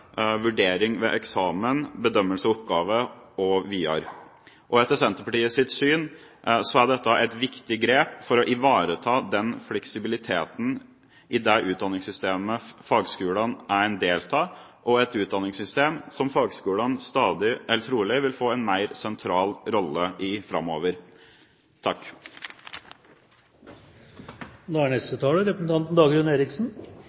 vurdering ved eksamen, bedømmelse av oppgaver osv. Etter Senterpartiets syn er dette et viktig grep for å ivareta fleksibiliteten i det utdanningssystemet fagskolene er en del av, og et utdanningssystem som fagskolene trolig vil få en mer sentral rolle i framover. Jeg er